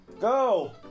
Go